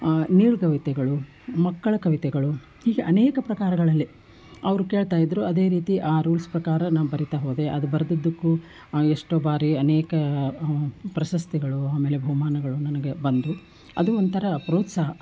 ನೀರ್ಗವಿತೆಗಳು ಮಕ್ಕಳ ಕವಿತೆಗಳು ಹೀಗೆ ಅನೇಕ ಪ್ರಕಾರಗಳಲ್ಲಿ ಅವ್ರು ಕೇಳ್ತಾಯಿದ್ರು ಅದೇ ರೀತಿ ಆ ರೂಲ್ಸ್ ಪ್ರಕಾರ ನಾನು ಬರಿತಾ ಹೋದೆ ಅದು ಬರೆದಿದ್ದಕ್ಕೂ ಎಷ್ಟೋ ಬಾರಿ ಅನೇಕ ಪ್ರಶಸ್ತಿಗಳು ಆಮೇಲೆ ಬಹುಮಾನಗಳು ನನಗೆ ಬಂದವು ಅದು ಒಂಥರ ಪ್ರೋತ್ಸಾಹ